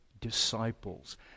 disciples